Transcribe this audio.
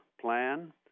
Plan